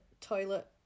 toilet